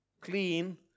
clean